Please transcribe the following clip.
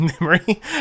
memory